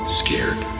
scared